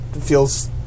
feels